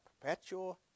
perpetual